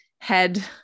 head